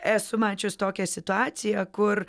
esu mačius tokią situaciją kur